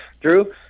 Drew